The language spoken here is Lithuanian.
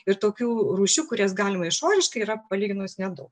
ir tokių rūšių kurias galima išoriškai yra palyginus nedaug